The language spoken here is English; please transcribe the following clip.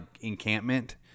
encampment